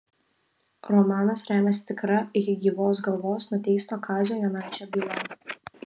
romanas remiasi tikra iki gyvos galvos nuteisto kazio jonaičio byla